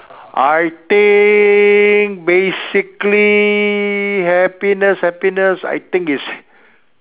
I think basically happiness happiness I think is